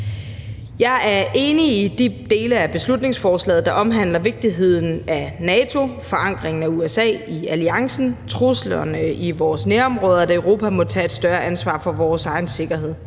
Jeg er enig i de dele af beslutningsforslaget, der omhandler vigtigheden af NATO, forankringen af USA i alliancen, og truslerne i vores nærområder, da Europa må tage et større ansvar for vores egen sikkerhed.